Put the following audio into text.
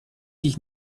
dich